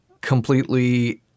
completely